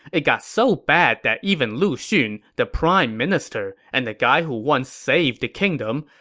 it got so bad that even lu xun, the prime minister and the guy who once saved the kingdom,